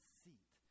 seat